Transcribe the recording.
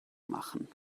machen